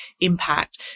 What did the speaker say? impact